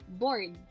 bored